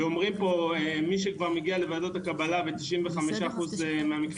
ואומרים פה מי שכבר מגיע לוועדות הקבלה ב-95% מתקבל.